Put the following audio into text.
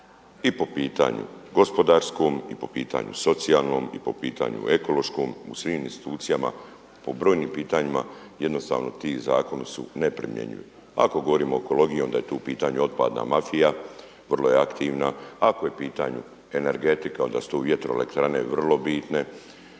i po pitanju gospodarskom i po pitanju socijalnom i po pitanju ekološkom u svim institucijama po brojnim pitanjima. Jednostavno ti zakoni su neprimjenjivi. Ako govorimo o ekologiji onda je tu u pitanju otpadna mafija, vrlo je aktivna, ako je u pitanju energetika, onda su tu vjetroelektrane vrlo bitne